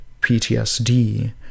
PTSD